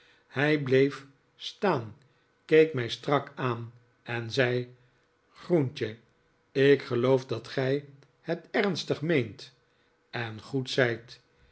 hij bleef staan keek mij strak aan en zei groentje ik geloof dat gij het ernstig meent en goed zijt